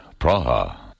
Praha